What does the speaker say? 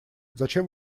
зачем